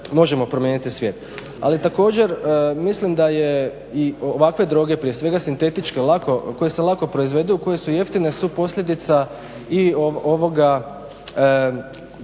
možemo promijeniti svijet. Ali također mislim da je i ovakve droge prije svega sintetičke, koje se lako proizvedu, koje su jeftine su posljedica i ovoga